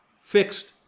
fixed